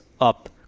up